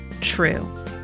true